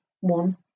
one